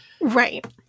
Right